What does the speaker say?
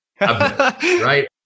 right